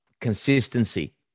consistency